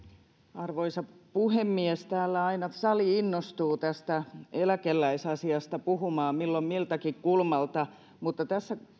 arvoisa puhemies täällä aina sali innostuu tästä eläkeläisasiasta puhumaan milloin miltäkin kulmalta mutta tässä